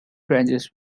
branches